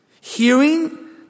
hearing